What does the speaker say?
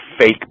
fake